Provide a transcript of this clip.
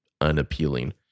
unappealing